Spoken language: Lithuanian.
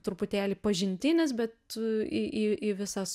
truputėlį pažintinis bet į į į visas